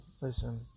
listen